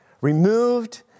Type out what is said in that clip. removed